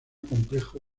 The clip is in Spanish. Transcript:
complejo